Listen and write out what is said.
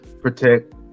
protect